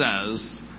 says